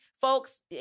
folks